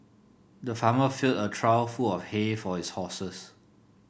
the farmer filled a trough full of hay for his horses